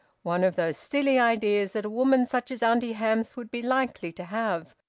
one of those silly ideas that a woman such as auntie hamps would be likely to have,